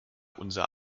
unser